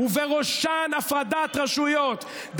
ובראשם הפרדת רשויות,